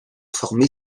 former